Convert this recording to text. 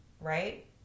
right